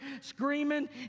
screaming